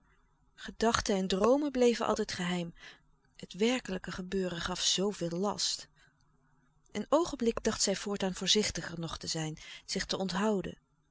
gedachten en droomen bleven altijd geheim het werkelijke gebeuren gaf zoo veel last een oogenblik dacht zij voortaan voorzichtiger nog te zijn zich te onthouden